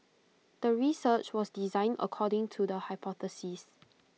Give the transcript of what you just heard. the research was designed according to the hypothesis